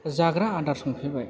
जाग्रा आदार संफेरबाय